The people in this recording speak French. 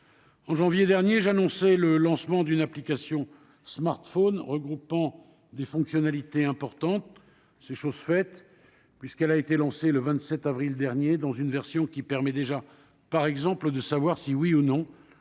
En janvier dernier, j'annonçais le lancement d'une application sur smartphone regroupant des fonctionnalités importantes. C'est chose faite : elle a été lancée le 27 avril dernier dans une version qui permet déjà, par exemple, de savoir si, oui ou non,